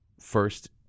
first